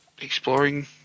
exploring